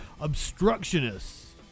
obstructionists